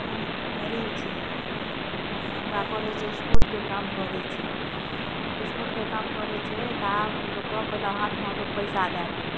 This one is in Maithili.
हम गरीब छियै हम हमरा करैत छै एस्पोर्टके काम करैत छी आ एस्पोर्टके काम करै तऽ आब लोककेँ पहिले हाथमे लोक पैसा दै दै छै